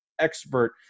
expert